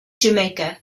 jamaica